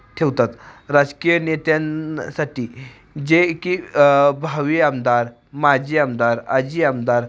ठेवतात राजकीय नेत्यांसाठी जे की भावी आमदार माजी आमदार आजी आमदार